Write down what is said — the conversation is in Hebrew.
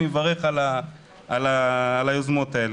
אני מברך על היוזמות האלה.